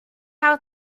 how